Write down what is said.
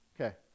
Okay